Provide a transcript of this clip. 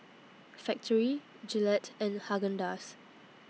Factorie Gillette and Haagen Dazs